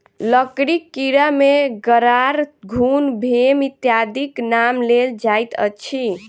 लकड़ीक कीड़ा मे गरार, घुन, भेम इत्यादिक नाम लेल जाइत अछि